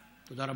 תודה רבה.